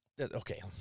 Okay